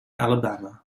alabama